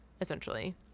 essentially